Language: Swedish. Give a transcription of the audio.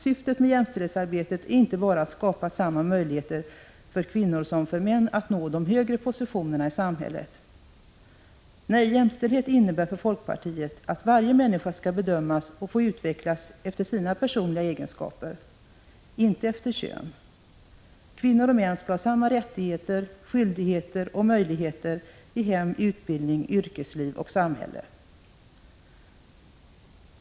Syftet med jämställdhetsarbetet är inte bara att skapa samma möjligheter för kvinnor som för män att nå de högre positionerna i samhället. Nej, jämställdhet innebär för folkpartiet att varje människa skall bedömas och få utvecklas efter sina personliga egenskaper, inte efter kön. Kvinnor och män skall ha samma rättigheter, skyldigheter och möjligheter i hem, utbildning, yrkesliv och samhälle.